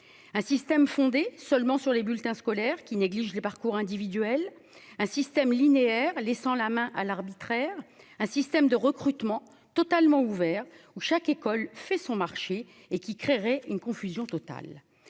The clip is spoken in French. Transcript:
un système fondé seulement sur les bulletins scolaires qui néglige les parcours individuels, un système linéaire, laissant la main à l'arbitraire, un système de recrutement totalement ouvert où chaque école fait son marché et qui créerait une confusion totale